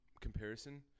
comparison